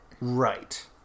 Right